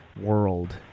world